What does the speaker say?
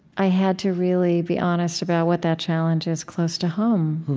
i had to really be honest about what that challenge is close to home.